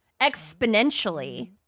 exponentially